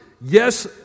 Yes